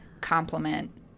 compliment